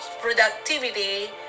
productivity